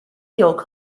具有